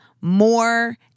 more